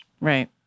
Right